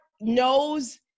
knows